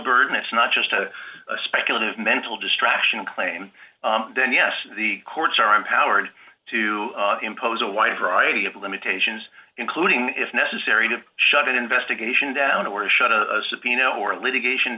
burden it's not just a speculative mental distraction claim then yes the courts are empowered to impose a wide variety of limitations including if necessary to shut an investigation down or to shut a subpoena or litigation